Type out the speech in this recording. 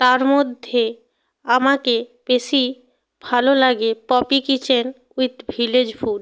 তার মধ্যে আমাকে বেশি ভালো লাগে Poppy kitchen with village food